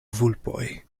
vulpoj